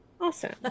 Awesome